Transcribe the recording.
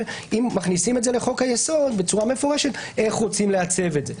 ואם מכניסים את זה לחוק היסוד בצורה מפורשת איך רוצים לעצב את זה.